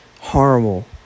horrible